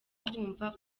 kumva